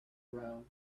round